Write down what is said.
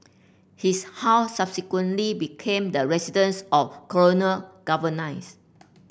his house subsequently became the residence of colonial